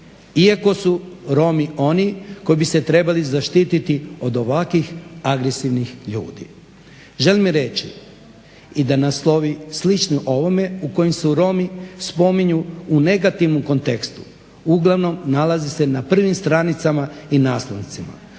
iako su Romi oni koji bi se trebali zaštititi od ovakvih agresivnih ljudi. Želim reći i da naslovi slični ovime u kojim se Romi spominju u negativnom kontekstu uglavnom nalaze se na prvim stranicama i naslovnicama